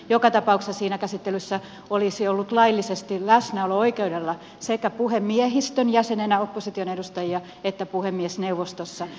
joka tapauksessa siinä käsittelyssä olisi ollut laillisesti läsnäolo oikeudella opposition edustajia sekä puhemiehistön jäsenenä että puhemiesneuvostossa